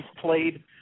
played